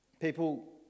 people